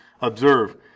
Observe